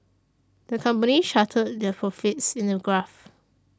the company charted their profits in a graph